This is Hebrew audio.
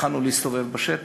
התחלנו להסתובב בשטח,